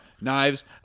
Knives